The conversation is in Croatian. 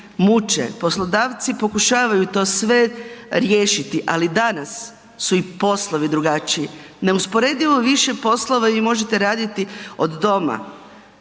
poslodavci pokušavaju to sve riješiti, ali danas su i poslovi drugačiji. Neusporedivo više poslova vi možete raditi od doma,